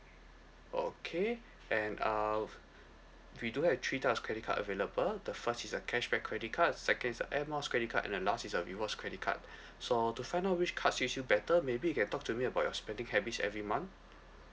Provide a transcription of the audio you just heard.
okay and uh f~ we do have three types of credit card available the first is a cashback credit card second is a air miles credit card and the last is a rewards credit card so to find out which card suits you better maybe you can talk to me about your spending habits every month